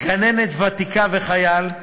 גננת ותיקה וחייל,